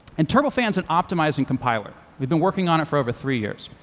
and turbofan's an optimizing compiler. we've been working on it for over three years.